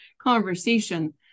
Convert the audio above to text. conversation